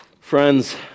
Friends